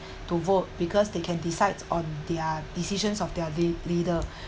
to vote because they can decides on their decisions of their lea~ leader